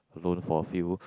alone for few